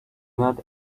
not